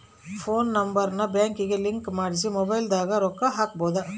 phone number ನ ಬ್ಯಾಂಕಿಗೆ link ಮಾಡ್ಸಿ ಮೊಬೈಲದಾಗ ರೊಕ್ಕ ಹಕ್ಬೊದು